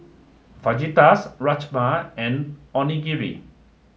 Fajitas Rajma and Onigiri